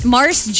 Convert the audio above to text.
Mars